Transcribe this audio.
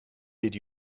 did